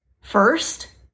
first